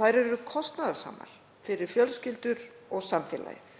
Þær eru kostnaðarsamar fyrir fjölskyldur og samfélagið.